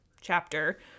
chapter